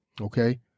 Okay